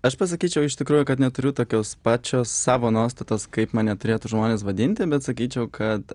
aš pasakyčiau iš tikrųjų kad neturiu tokios pačios savo nuostatos kaip mane turėtų žmonės vadinti bet sakyčiau kad